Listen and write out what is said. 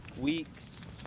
weeks